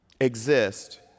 exist